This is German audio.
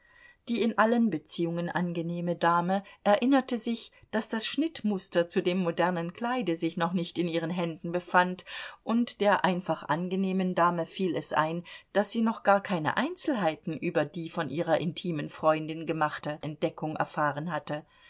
die in allen beziehungen angenehme dame erinnerte sich daß das schnittmuster zu dem modernen kleide sich noch nicht in ihren händen befand und der einfach angenehmen dame fiel es ein daß sie noch gar keine einzelheiten über die von ihrer intimen freundin gemachte entdeckung erfahren hatte